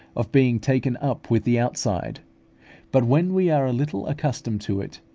of being taken up with the outside but when we are a little accustomed to it,